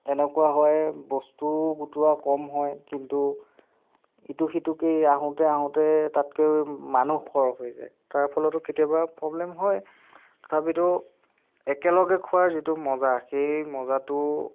এনেকুৱা হয় বস্তু গোটোৱা কম হয় কিন্তু ইটো সিটোকে আহোঁতে আহোঁতে তাতকৈ মানুহ সৰহ হৈ যায় তাৰ ফলতো কেতিয়াবা প্ৰব্লেম হয় তথাপিতো একেলগে খোৱাৰ যিটো মজা সেই মজাটো